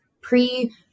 pre